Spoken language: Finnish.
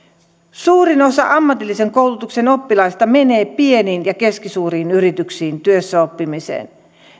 suurin osa ammatillisen koulutuksen oppilaista menee pieniin ja keskisuuriin yrityksiin työssäoppimiseen